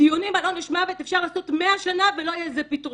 דיונים על עונש מוות אפשר לעשות 100 שנים ולא יהיה לזה פתרון.